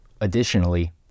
Additionally